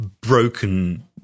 broken